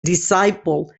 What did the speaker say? disciple